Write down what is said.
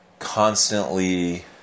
Constantly